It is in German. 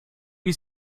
wie